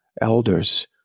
elders